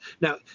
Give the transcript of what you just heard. Now